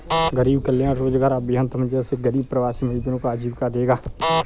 गरीब कल्याण रोजगार अभियान तुम जैसे गरीब प्रवासी मजदूरों को आजीविका देगा